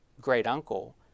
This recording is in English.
great-uncle